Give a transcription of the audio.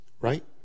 right